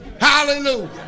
Hallelujah